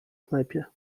knajpie